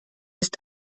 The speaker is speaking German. ist